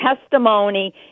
testimony